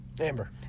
Amber